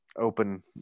open